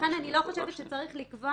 ולכן אני לא חושבת שצריך לקבוע